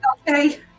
okay